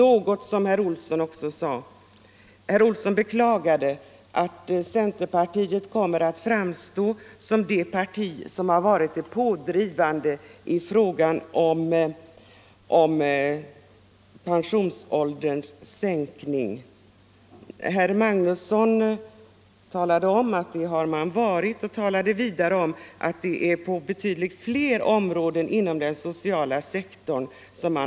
Slutligen beklagade herr Olsson i Stockholm att centerpartiet kommer att framstå som det parti som har varit det pådrivande i frågan om en sänkning av pensionsåldern. Herr Magnusson i Nennesholm underströk att centern varit detta och talade vidare om att man varit pådrivande på betydligt fler områden inom den sociala sektorn.